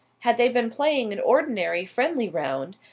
had they been playing an ordinary friendly round,